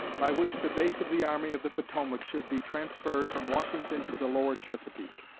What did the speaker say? by which the base of the army of the potomac should be transferred from washington to the lower chesapeake.